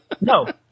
No